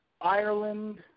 Ireland